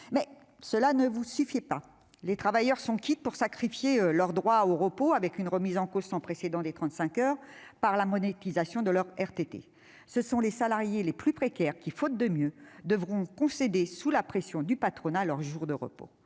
cela ne vous suffit pas ... Les travailleurs en sont quittes pour sacrifier leurs droits au repos, avec une remise en cause sans précédent des 35 heures par la monétisation de leurs RTT. Ce sont les salariés les plus précaires qui, faute de mieux, devront concéder sous la pression du patronat leurs jours de repos.